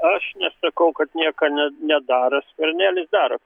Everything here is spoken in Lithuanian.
aš nesakau kad nieko nedaro skvernelis daro kai